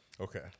Okay